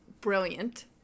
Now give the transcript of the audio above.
Brilliant